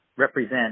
Represent